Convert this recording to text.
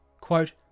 Quote